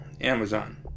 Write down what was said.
Amazon